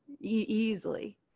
easily